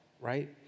right